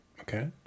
Okay